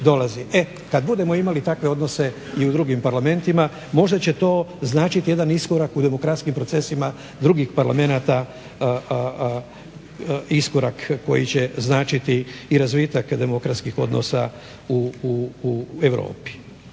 kad budemo imali takve odnose i u drugim parlamentima možda će to značiti jedan iskorak u demokratskim procesima drugim parlamenata, iskorak koji će značiti i razvitak demokratskih odnosa u Europi.